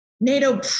NATO